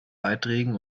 beiträgen